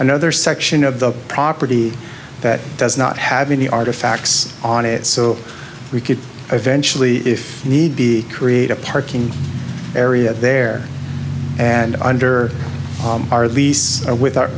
another section of the property that does not have any artifacts on it so we could eventually if need be create a parking area there and under our lease or with ou